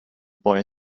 boy